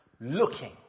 looking